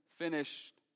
finished